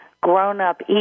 grown-up